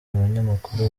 abanyamakuru